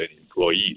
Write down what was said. employees